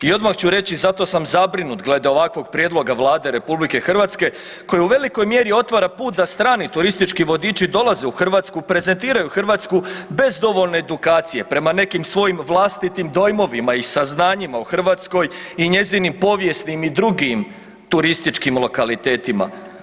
I odmah ću reći, zato sam zabrinut glede ovakvog prijedloga Vlade RH koja u velikoj mjeri otvara put da strani turistički vodiči dolaze u Hrvatsku, prezentiraju Hrvatsku bez dovoljne edukacije, prema nekim svojim vlastitim dojmovima i saznanjima u Hrvatskoj i njezinim povijesnim i drugim turističkim lokalitetima.